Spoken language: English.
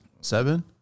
Seven